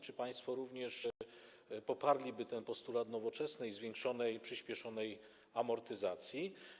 Czy państwo również poparliby ten postulat Nowoczesnej dotyczący zwiększonej, przyśpieszonej amortyzacji?